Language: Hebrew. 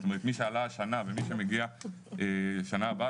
כלומר מי שעלה השנה ומי שמגיע שנה הבאה,